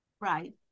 Right